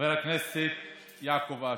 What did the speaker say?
חברי חבר הכנסת יעקב אשר,